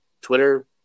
Twitter